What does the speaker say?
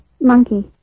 monkey